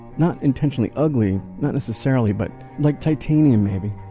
not intentionally ugly, not necessarily, but like titanium maybe.